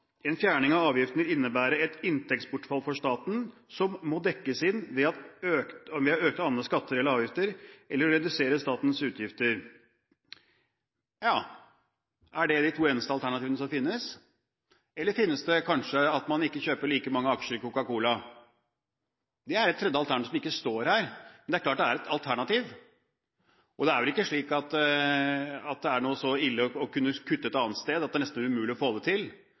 fjerning av avgiften vil innebære et inntektsbortfall for staten, som må dekkes inn ved å øke andre skatter og avgifter eller ved å redusere statens utgifter.» Er det de to eneste alternativene som finnes? Eller finnes det kanskje et tredje alternativ, at man ikke kjøper like mange aksjer i Coca Cola? Det er et tredje alternativ som ikke står her, men det er klart at det er et alternativ. Og det er vel ikke slik at det er så ille å kunne kutte et annet sted at det nesten er umulig å få det til,